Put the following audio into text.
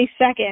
22nd